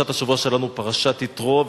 שלנו היא פרשת יתרו,